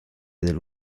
del